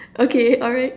okay alright